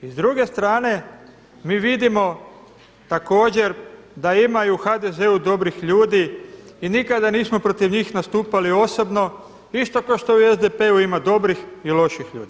I s druge strane mi vidimo također da ima i u HDZ-u dobrih ljudi i nikada nismo protiv njih nastupali osobno isto kao što i u SDP-u ima dobrih i loših ljudi.